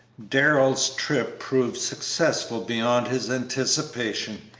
darrell's trip proved successful beyond his anticipations.